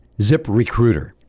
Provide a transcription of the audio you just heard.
ZipRecruiter